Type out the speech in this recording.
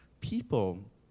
people